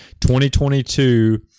2022